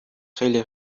خیلی